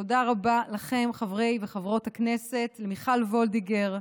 תודה רבה לכם, חברי וחברות הכנסת, למיכל וולדיגר,